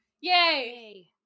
yay